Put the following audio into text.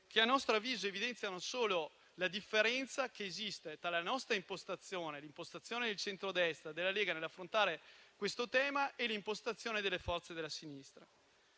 che a nostro avviso evidenziano solo la differenza che esiste tra la nostra impostazione, quella del centrodestra e della Lega, nell'affrontare questo tema e l'impostazione delle forze della sinistra.